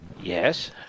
Yes